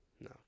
no